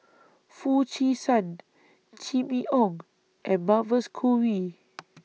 Foo Chee San Jimmy Ong and Mavis Khoo Oei